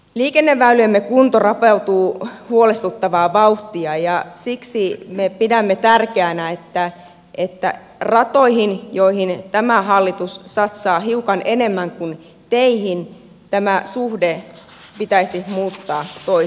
liikenneväyliemme kunto rapautuu huolestuttavaa vauhtia ja siksi me pidämme tärkeänä että ratoihin joihin tämä hallitus satsaa hiukan enemmän kuin teihin tämä suhde pitäisi muuttaa toiseksi